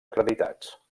acreditats